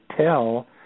tell